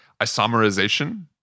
isomerization